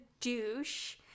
douche